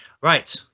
Right